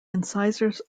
incisors